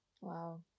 Wow